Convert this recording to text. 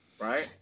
Right